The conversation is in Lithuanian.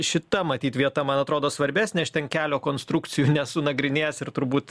šita matyt vieta man atrodo svarbesnė aš ten kelio konstrukcijų nesu nagrinėjęs ir turbūt